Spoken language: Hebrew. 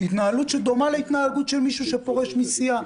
זו התנהלות שדומה להתנהגות של מישהו שפורש מסיעה.